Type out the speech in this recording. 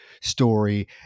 story